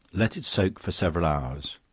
let it soak for several hours,